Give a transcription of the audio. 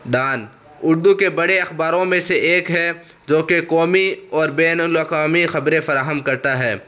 Dawn Urdu کے بڑے اخباروں میں سے ایک ہے جو کہ قومی اور بین الاقوامی خبریں فراہم کرتا ہے